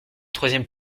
troisième